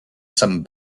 some